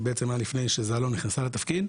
זה היה בעצם לפני שזאלו נכנסה לתפקיד.